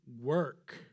work